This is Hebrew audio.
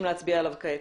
להצביע עליו כעת.